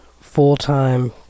full-time